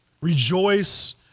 rejoice